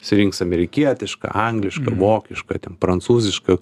surinks amerikietišką anglišką vokišką ten prancūzišką